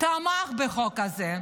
תמך בחוק הזה,